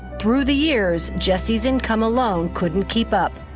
through the years, jesse's income alone couldn't keep up.